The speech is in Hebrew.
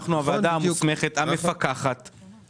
אנחנו הוועדה המוסמכת המפקחת.